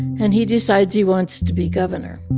and he decides he wants to be governor